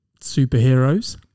superheroes